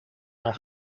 haar